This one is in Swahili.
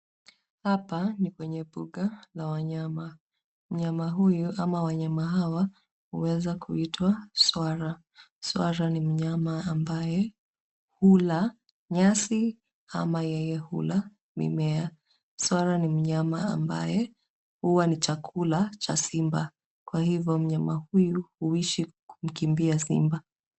Hapa ni kwenye mbuga la wanyama. Mnyama huyu au wanyama hawa huweza kuitwa swara. Swara ni mnyama ambaye hula nyasi ama yeye hula mimea. Swara ni mnyama ambaye huwa ni chakula cha simba. Kwa hivyo, mnyama huyu huishi kumkimbia simba.